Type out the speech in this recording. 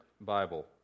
Bible